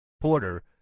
Porter